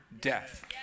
death